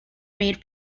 made